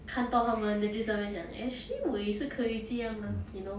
看到他们 then 就在那边想 actually 我也是可以这样 mah you know